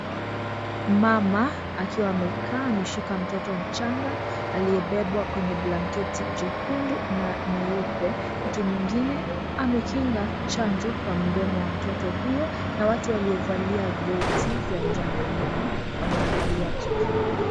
Mama akiwa amekaa ameshika mtoto mchanga aliye bebwa kwenye blanketi jekundu na nyeupe mtu mwingine amekinga chanjo kwa mdomo wa mtoto huyo na watu walio valia vest za njano nyuma wana angalia tukio hilo.